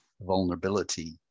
vulnerability